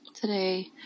today